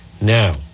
Now